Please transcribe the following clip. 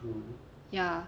ya